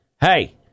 Hey